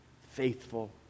faithful